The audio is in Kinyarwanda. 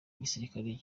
igisirikare